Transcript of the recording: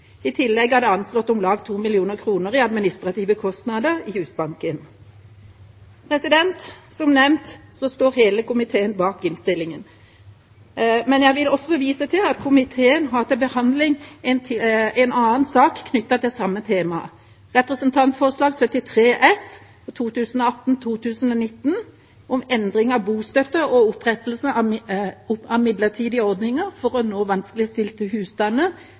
I tillegg er det anslått at det blir om lag 2 mill. kr i administrative kostnader i Husbanken. Som nevnt står hele komiteen bak innstillinga, men jeg vil også vise til at komiteen har til behandling en annen sak knyttet til det samme temaet: Dokument 8:73 S for 2018–2019, om endring av bostøtte og opprettelse av midlertidige ordninger for å nå vanskeligstilte husstander